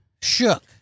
Shook